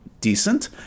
decent